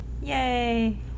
Yay